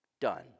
done